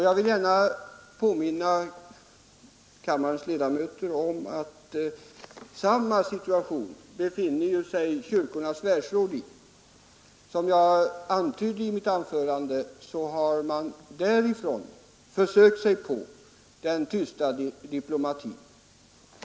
Jag vill påminna kammarens ledamöter om att i samma situation befinner sig Kyrkornas världsråd, och som jag antydde i mitt förra anförande har man därifrån försökt sig på den tysta diplomatin.